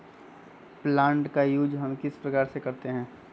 Plant का use हम किस प्रकार से करते हैं?